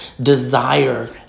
desire